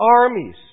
armies